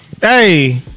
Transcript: Hey